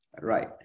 right